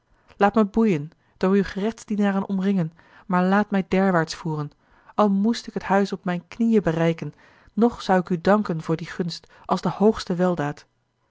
laat mij boeien door uwe gerechtsdienaren omringen maar laat mij derwaarts voeren al moest ik het huis op mijne knieën bereiken nog zou ik u danken voor die gunst als de hoogste weldaad